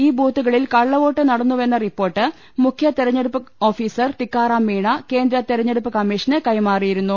ഈ ബൂത്തുകളിൽ കള്ളവോട്ട് നടന്നുവെന്ന റിപ്പോർട്ട് മുഖ്യതെരഞ്ഞെടുപ്പ് ഓഫീസർ ടിക്കാ റാംമീണ കേന്ദ്ര തെരഞ്ഞെടുപ്പ് കമ്മീഷന് കൈമാറിയിരുന്നു